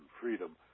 freedom